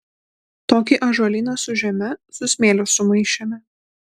tokį ąžuolyną su žeme su smėliu sumaišėme